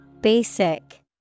basic